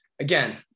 again